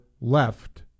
left